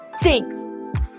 Thanks